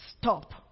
stop